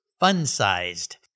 fun-sized